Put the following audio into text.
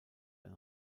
ein